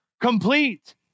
Complete